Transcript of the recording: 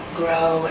grow